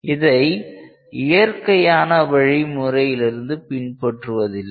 இதை இயற்கையான வழி முறையிலிருந்து பின்பற்றுவதில்லை